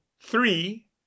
Three